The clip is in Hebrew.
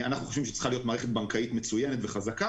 אנחנו חושבים שצריכה להיות מערכת בנקאית מצוינת וחזקה